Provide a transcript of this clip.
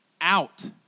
out